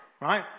right